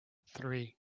three